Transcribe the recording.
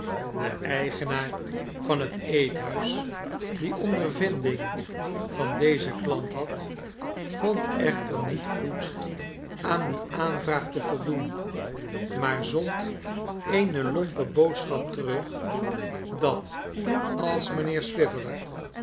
de eigenaar van het eethuis die ondervinding van dezen klant had vond echter niet goed aan die aanvraag te voldoen maar zond eene lompe boodschap terug dat als